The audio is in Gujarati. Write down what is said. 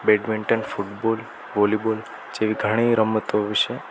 બેડમિન્ટન ફૂટબોલ વૉલીબૉલ જેવી ઘણી રમતો વિશે